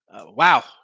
Wow